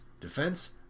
defense